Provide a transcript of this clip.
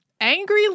angry